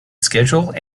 schedule